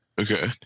Okay